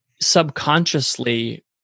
subconsciously